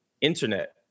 internet